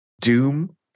Doom